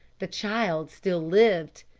the child still lived.